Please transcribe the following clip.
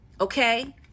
Okay